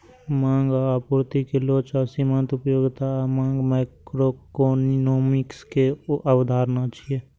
मांग आ आपूर्ति के लोच आ सीमांत उपयोगिता आ मांग माइक्रोइकोनोमिक्स के अवधारणा छियै